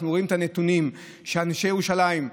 אנחנו רואים את הנתונים שאנשי ירושלים,